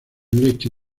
lecho